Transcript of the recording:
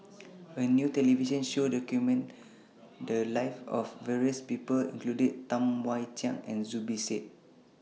A New television Show documented The Lives of various People including Tam Wai Jia and Zubir Said